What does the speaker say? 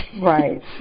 Right